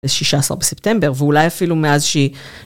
ב-16 בספטמבר, ואולי אפילו מאז שהיא...